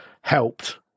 helped